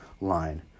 line